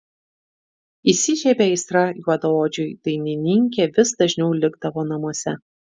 įsižiebė aistra juodaodžiui dainininkė vis dažniau likdavo namuose